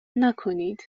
نکنید